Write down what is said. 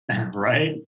Right